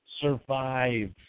survive